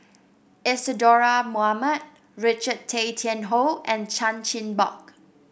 Isadhora Mohamed Richard Tay Tian Hoe and Chan Chin Bock